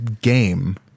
game